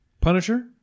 Punisher